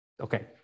Okay